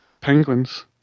Penguins